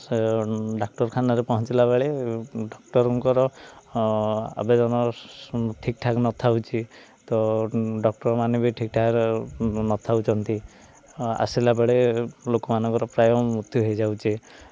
ସେ ଡାକ୍ଟରଖାନାରେ ପହଞ୍ଚିଲା ବେଳେ ଡକ୍ଟରଙ୍କର ଆବେଦନ ଠିକ୍ ଠାକ୍ ନଥାଉଛି ତ ଡକ୍ଟରମାନେ ବି ଠିକ୍ ଠାକ୍ ରେ ନଥାଉଛନ୍ତି ଆସିଲା ବେଳେ ଲୋକମାନଙ୍କର ପ୍ରାୟ ମୃତ୍ୟୁ ହେଇଯାଉଛି